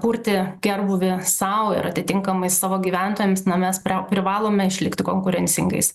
purtė gerbūvį sau ir atitinkamai savo gyventojams na mes privalome išlikti konkurencingais